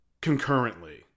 concurrently